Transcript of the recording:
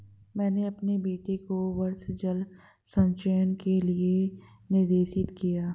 मैंने अपने बेटे को वर्षा जल संचयन के लिए निर्देशित किया